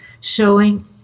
showing